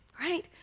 right